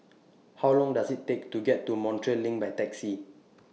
How Long Does IT Take to get to Montreal LINK By Taxi